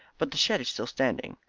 but the shed is still standing.